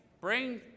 bring